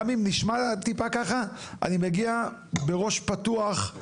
גם אם נשמע טיפה ככה, אני מגיע בראש פתוח,